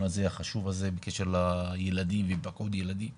החשוב הזה בקשר לילדים והיפגעות ילדים